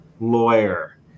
lawyer